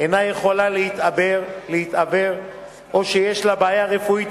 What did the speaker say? אינה יכולה להתעבר או שיש לה בעיה רפואית